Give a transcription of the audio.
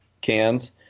cans